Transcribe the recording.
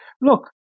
look